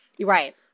Right